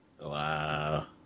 Wow